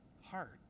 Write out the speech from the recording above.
heart